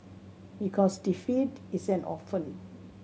because defeat is an orphan